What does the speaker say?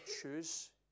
choose